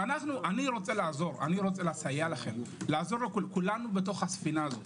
אני רוצה לעזור לכולנו בתוך הספינה הזאת